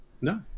No